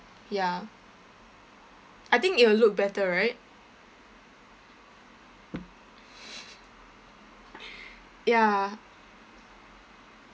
ya I think it will look better right ya